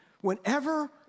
Whenever